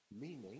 meaning